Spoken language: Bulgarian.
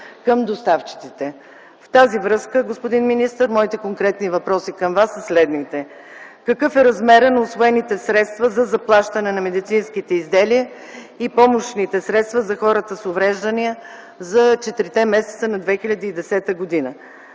към доставчиците. В тази връзка, господин министър, моите конкретни въпроси към Вас са следните: какъв е размерът на усвоените средства за заплащане на медицинските изделия и помощните средства за хората с увреждания за четирите месеца на 2010 г.?